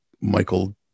Michael